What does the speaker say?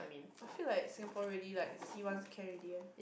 I feel like Singapore really like see once can already leh